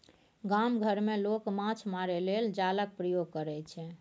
गाम घर मे लोक माछ मारय लेल जालक प्रयोग करय छै